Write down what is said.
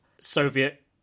Soviet